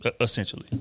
essentially